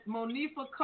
Monifa